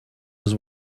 his